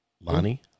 Lonnie